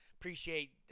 appreciate